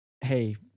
hey